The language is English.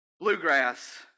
bluegrass